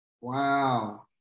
Wow